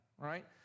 right